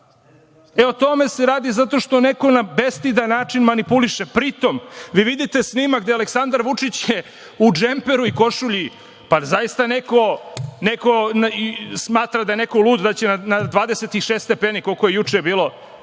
E, o tome se radi zato što neko bestidan način manipuliše, pri tom, vi vidite snimak gde Aleksandar Vučić je u džemperu i košulji. Pa, zar zaista neko smatra da je neko luda da će na 26 stepeni koliko je juče bilo